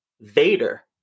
Vader